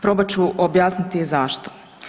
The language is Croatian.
Probat ću objasniti i zašto.